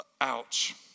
Ouch